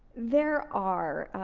there are.